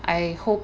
I hope